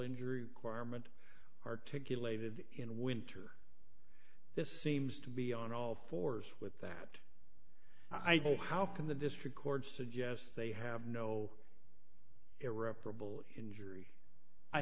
injury quire meant articulated in winter this seems to be on all fours with that i don't know how come the district courts suggest they have no irreparable injury i